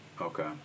Okay